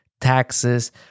taxes